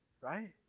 Right